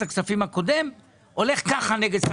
הכספים הקודם הולך ככה נגד שר האוצר.